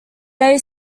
they